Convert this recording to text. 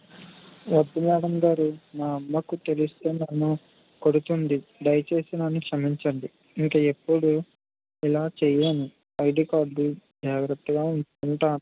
వద్దు మేడం గారు మా అమ్మకి తెలిస్తే నన్ను కొడుతుంది దయచేసి నన్ను క్షమించండి ఇంకా ఎప్పుడు ఇలా చెయ్యను ఐడి కార్డు జాగ్రత్తగా ఉంచుకుంటాను